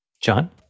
John